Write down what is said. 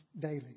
daily